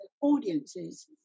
audiences